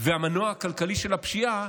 והמנוע הכלכלי של הפשיעה,